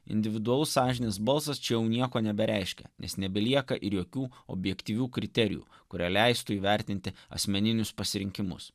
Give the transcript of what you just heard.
individualaus sąžinės balsas čia nieko nebereiškia nes nebelieka ir jokių objektyvių kriterijų kurie leistų įvertinti asmeninius pasirinkimus